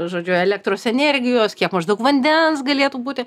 žodžiu elektros energijos kiek maždaug vandens galėtų būti